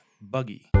Buggy